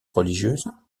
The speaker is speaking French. religieuse